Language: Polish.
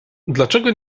dlaczego